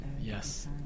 yes